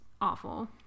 awful